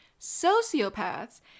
Sociopaths